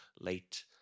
late